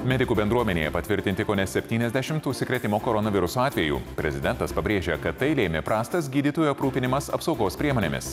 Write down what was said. medikų bendruomenėje patvirtinti kone septyniasdešimt užsikrėtimo koronavirusu atvejų prezidentas pabrėžė kad tai lėmė prastas gydytojų aprūpinimas apsaugos priemonėmis